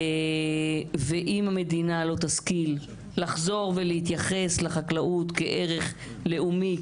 ואם המדינה לא תשכיל לחזור ולהתייחס לחקלאות כערך לאומי,